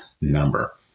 number